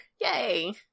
Yay